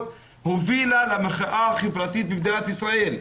הובילה למחאה החברתית במדינת ישראל,